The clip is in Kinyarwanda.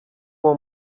uwo